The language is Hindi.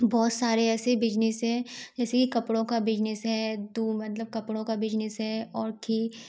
बहुत सारे ऐसे बिजनेस हैं जैसे कि कपड़ों का बिजनेस है दो मतलब कपड़ों का बिजनेस है और कि